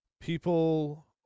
people